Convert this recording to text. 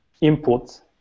input